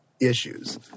issues